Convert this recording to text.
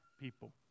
people